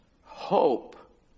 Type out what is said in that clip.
Hope